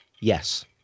Yes